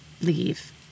leave